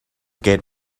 gate